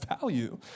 value